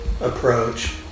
approach